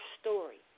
story